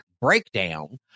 breakdown